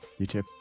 YouTube